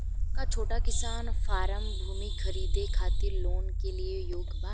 का छोटा किसान फारम भूमि खरीदे खातिर लोन के लिए योग्य बा?